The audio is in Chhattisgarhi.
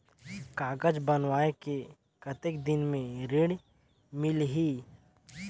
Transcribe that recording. कागज बनवाय के कतेक दिन मे ऋण मिलही?